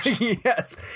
yes